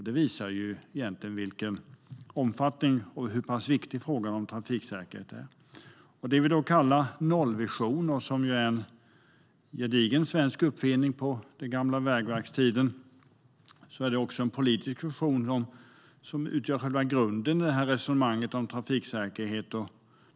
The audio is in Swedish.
Det visar egentligen vilken omfattning frågan om trafiksäkerhet har och hur viktig den är. Det vi kallar nollvision är en gedigen svensk uppfinning från den gamla vägverkstiden. Det är också en politisk vision som utgör själva grunden i resonemanget om trafiksäkerhet.